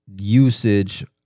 usage